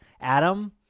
Adam